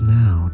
now